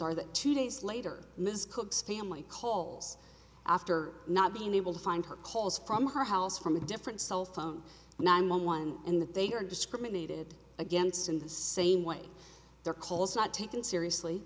are that two days later ms cook's family calls after not being able to find her calls from her house from a different cell phone nine one one and that they are discriminated against in the same way their calls not taken seriously